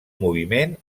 moviment